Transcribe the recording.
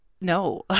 No